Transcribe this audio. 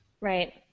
Right